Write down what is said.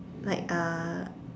like uh